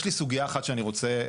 יש לי סוגיה אחת שאני רוצה,